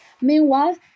Meanwhile